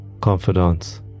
confidants